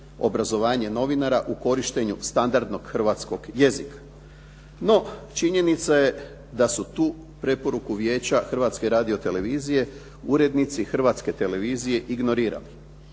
obrazovanje novinara u korištenju standardnog hrvatskog jezika. No, činjenica je da su tu preporuku Vijeća Hrvatske radiotelevizije urednici Hrvatske televizije ignorirali